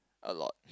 a lot